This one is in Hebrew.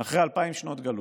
אחרי אלפיים שנות גלות,